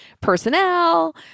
personnel